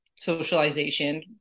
socialization